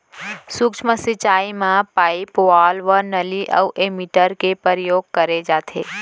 सूक्ष्म सिंचई म पाइप, वाल्व, नाली अउ एमीटर के परयोग करे जाथे